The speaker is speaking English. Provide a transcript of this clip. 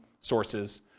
sources